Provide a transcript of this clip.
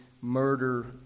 murder